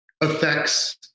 affects